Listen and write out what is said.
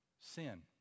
sin